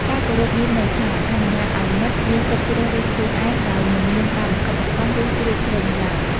ការគោរពមានន័យថា អនុញ្ញាតិឱ្យមិត្តមានសិទ្ធជ្រើសរើសខ្លួនឯង ដោយមិនមានការបង្ខិតបង្ខំ ឬ ជ្រៀតជ្រែកនោះឡើយ។។